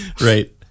right